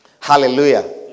Hallelujah